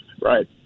Right